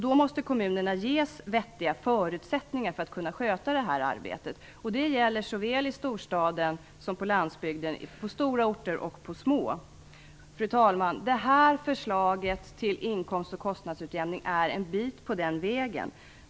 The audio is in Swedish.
Då måste kommunerna ges vettiga förutsättningar för att kunna sköta detta arbete. Det gäller såväl i storstaden som på landsbygden, på stora orter som på små orter. Fru talman! Det här förslaget till inkomst och kostnadsutjämning är en bit på den vägen.